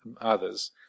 others